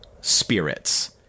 spirits